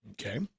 Okay